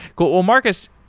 cool. marcus,